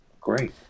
Great